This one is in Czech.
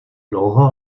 dlouho